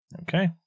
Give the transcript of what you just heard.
Okay